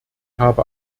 habe